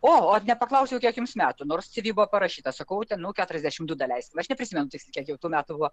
o nepaklausiau kiek jums metų nors cv parašyta sakau ten keturiasdešimt du daleiskim aš neprisimenu tiksliai kiek jau tų metų buvo